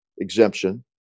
exemption